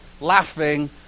laughing